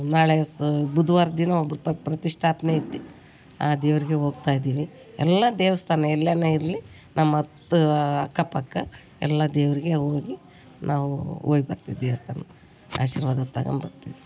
ನಾಳೆ ಸಹ ಬುಧವಾರ್ ದಿನ ಒಬ್ಬರ್ದು ಪ್ರತಿಷ್ಟಾಪ್ನೆ ಐತಿ ಆ ದೇವ್ರಿಗೆ ಹೋಗ್ತಾ ಇದೀವಿ ಎಲ್ಲ ದೇವಸ್ಥಾನ ಎಲ್ಯಾನ ಇರಲಿ ನಮ್ಮತ್ ಅಕ್ಕ ಪಕ್ಕ ಎಲ್ಲ ದೇವ್ರಿಗೆ ಹೋಗಿ ನಾವು ಹೋಗ್ ಬರ್ತೀವಿ ದೇವಸ್ಥಾನಕ್ ಆಶೀರ್ವಾದ ತಗೊಂಬರ್ತೀವಿ